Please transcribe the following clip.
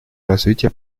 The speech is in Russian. развитие